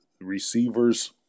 receivers